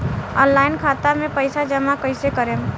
Online खाता मे पईसा जमा कइसे करेम?